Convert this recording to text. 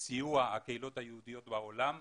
לסיוע לקהילות היהודיות בעולם,